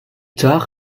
tard